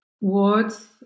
words